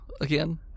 again